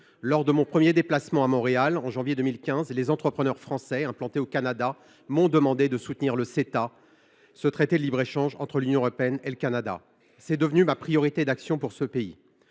lors de mon premier déplacement à Montréal, en janvier 2015, les entrepreneurs français implantés au Canada m’ont demandé de soutenir le Ceta, ce traité de libre échange entre l’Union européenne et le Canada. Cela est devenu ma priorité d’action pour ce pays.